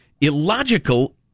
illogical